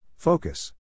Focus